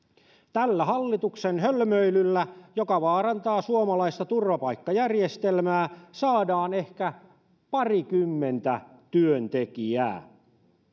tällä hallituksen hölmöilyllä joka vaarantaa suomalaista turvapaikkajärjestelmää saadaan ehkä parikymmentä työntekijää